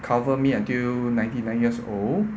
cover me until ninety nine years old